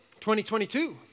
2022